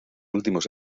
últimos